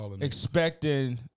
expecting